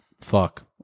fuck